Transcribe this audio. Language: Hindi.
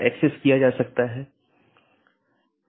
3 अधिसूचना तब होती है जब किसी त्रुटि का पता चलता है